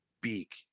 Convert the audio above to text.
beak